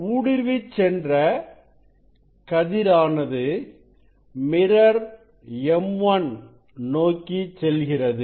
ஊடுருவிச் சென்ற கதிரானது மிரர்M1 நோக்கி செல்கிறது